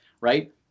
right